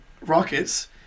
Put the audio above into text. Rockets